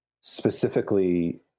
specifically